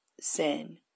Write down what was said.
sin